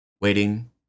waiting